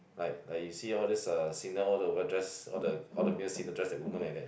like like you see all these uh singer all the wear dress all the all the male singer dress like women like that